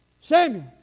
Samuel